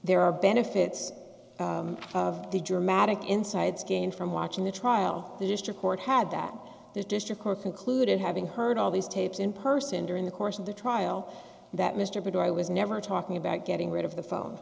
there are benefits of the dramatic insides gain from watching the trial the district court had that the district court concluded having heard all these tapes in person during the course of the trial that mr but i was never talking about getting rid of the phone